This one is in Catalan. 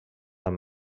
amb